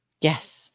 Yes